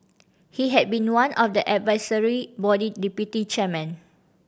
he had been one of the advisory body deputy chairmen